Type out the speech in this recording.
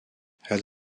het